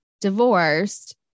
divorced